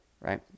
right